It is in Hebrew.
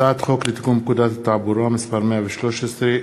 הצעת חוק לתיקון פקודת התעבורה (מס' 113),